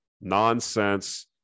nonsense